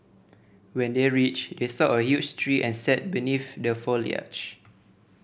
when they reached they saw a huge tree and sat beneath the foliage